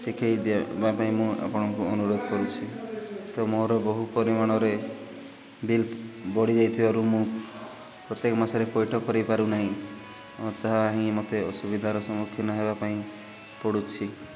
ଶିଖାଇଦବା ପାଇଁ ମୁଁ ଆପଣଙ୍କୁ ଅନୁରୋଧ କରୁଛି ତ ମୋର ବହୁ ପରିମାଣରେ ବିଲ୍ ବଢ଼ିଯାଇ ଥିବାରୁ ମୁଁ ପ୍ରତ୍ୟେକ ମାସରେ ପୈଇଠ କରିପାରୁ ନାହିଁ ତାହା ହିଁ ମୋତେ ଅସୁବିଧାର ସମ୍ମୁଖୀନ ହେବା ପାଇଁ ପଡ଼ୁଛି